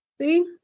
See